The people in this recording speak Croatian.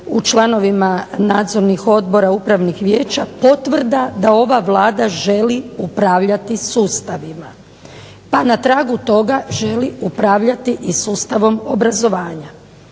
u članovima nadzornim odborima upravnih vijeća potvrda da ova Vlada želi upravljati sustavima pa na tragu toga želi upravljati i sustavom obrazovanja.